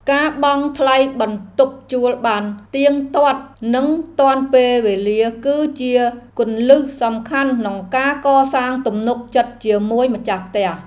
ការបង់ថ្លៃបន្ទប់ជួលបានទៀងទាត់និងទាន់ពេលវេលាគឺជាគន្លឹះសំខាន់ក្នុងការកសាងទំនុកចិត្តជាមួយម្ចាស់ផ្ទះ។